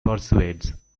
persuades